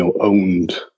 owned